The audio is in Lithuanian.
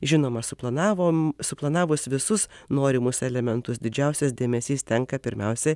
žinoma suplanavom suplanavus visus norimus elementus didžiausias dėmesys tenka pirmiausia